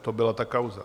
To byla ta kauza.